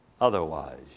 otherwise